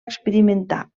experimentar